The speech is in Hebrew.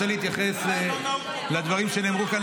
אני רוצה להתייחס לדברים שנאמרו כאן,